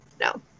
no